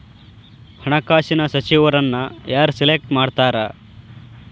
ಹಣಕಾಸಿನ ಸಚಿವರನ್ನ ಯಾರ್ ಸೆಲೆಕ್ಟ್ ಮಾಡ್ತಾರಾ